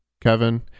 Kevin